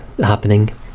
happening